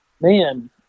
man